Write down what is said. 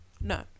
No